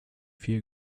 vier